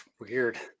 weird